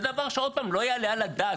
זה דבר, עוד פעם, שלא יעלה על הדעת.